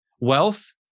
wealth